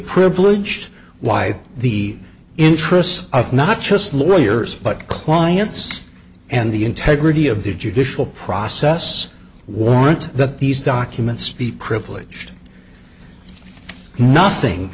privileged why the interests of not just lawyers but clients and the integrity of the judicial process warrant that these documents be privileged nothing